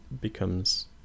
becomes